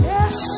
Yes